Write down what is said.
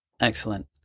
Excellent